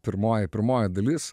pirmoji pirmoji dalis